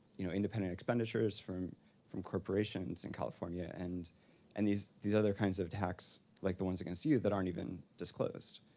you know, independent expenditures from from corporations in california and and these these other kinds of attacks, like the ones against you, that aren't even disclosed.